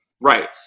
right